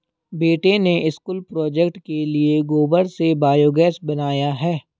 बेटे ने school project के लिए गोबर से बायोगैस बनाया है